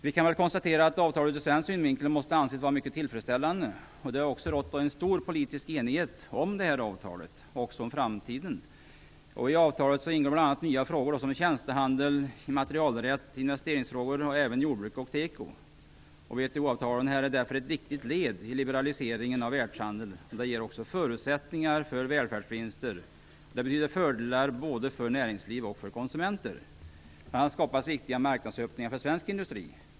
Vi kan väl konstatera att avtalet ur svensk synvinkel måste anses vara mycket tillfredsställande. Och det har ju även rått en stor politisk enighet om avtalet, också om framtiden. I avtalet ingår bl.a. nya frågor som tjänstehandel, immaterielrätt, investeringsfrågor samt jordbruk och teko. WTO-avtalet är därför ett viktigt led i liberaliseringen av världshandeln, och det ger förutsättningar för välfärdsvinster. Det betyder fördelar både för näringsliv och för konsumenter. Bl.a. skapas viktiga marknadsöppningar för svensk industri.